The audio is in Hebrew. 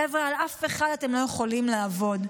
חבר'ה, על אף אחד אתם לא יכולים לעבוד.